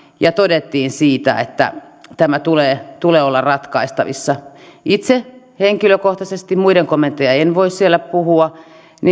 ja totesimme siitä että tämän tulee olla ratkaistavissa itse henkilökohtaisesti muiden kommenteista siellä en voi puhua